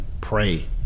Pray